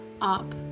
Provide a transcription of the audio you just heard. up